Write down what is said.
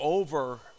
over